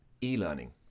e-learning